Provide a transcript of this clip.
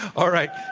all right.